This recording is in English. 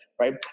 Right